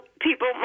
people